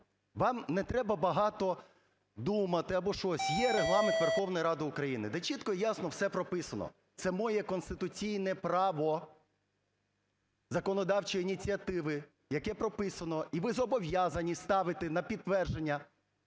вам не треба багато думати або щось, є Регламент Верховної Ради України, де чітко і ясно все прописано. Це моє конституційне право законодавчої ініціативи, яке прописано, і ви зобов'язані ставити на підтвердження